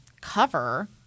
cover